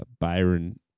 Byron